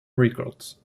records